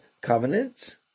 covenant